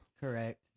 Correct